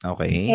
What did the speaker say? Okay